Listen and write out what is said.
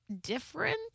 different—